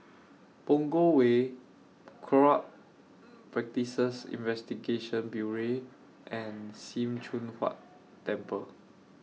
Punggol Way Corrupt Practices Investigation Bureau and SIM Choon Huat Temple